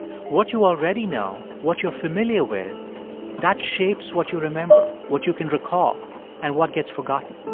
what you already know, what you're familiar with that shapes what you remember, what you can recall and what gets forgotten